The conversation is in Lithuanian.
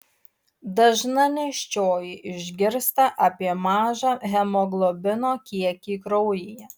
dažna nėščioji išgirsta apie mažą hemoglobino kiekį kraujyje